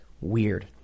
weird